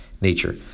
nature